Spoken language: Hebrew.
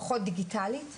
פחות דיגיטלית,